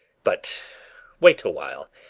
but wait a while,